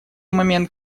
момент